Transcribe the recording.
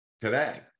today